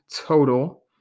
total